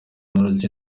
technology